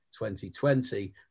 2020